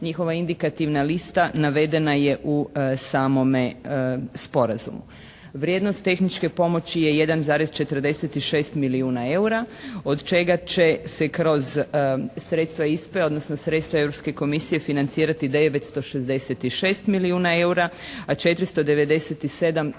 njihova indikativna lista navedena je u samome Sporazumu. Vrijednost tehničke pomoći je 1,46 milijuna eura od čega će se kroz sredstva ISPA-e, odnosno sredstva Europske komisije financirati 969 milijuna eura, a 497 tisuća eura